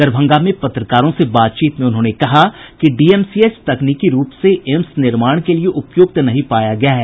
दरभंगा में पत्रकारों से बातचीत में उन्होंने कहा कि डीएमसीएच तकनीकी रूप से एम्स निर्माण के लिए उपयुक्त नहीं पाया गया है